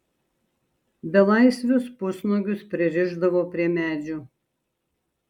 belaisvius pusnuogius pririšdavo prie medžių